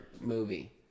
movie